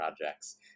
projects